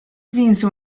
vinse